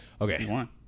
Okay